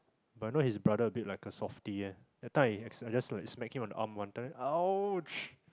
but you know his brother a bit like a softie that time I accidentally I smack him on the arm one time then !ouch!